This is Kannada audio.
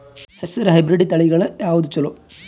ಹೆಸರ ಹೈಬ್ರಿಡ್ ತಳಿಗಳ ಯಾವದು ಚಲೋ?